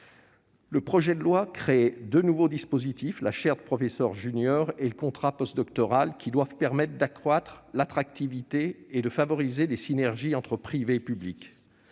Le projet de loi crée deux nouveaux dispositifs- la chaire de professeur junior et le contrat postdoctoral -, qui doivent permettre d'accroître l'attractivité et de favoriser les synergies entre privé et public.